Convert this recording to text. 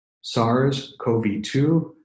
SARS-CoV-2